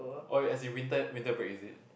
oh as in winter winter break is it